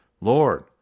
Lord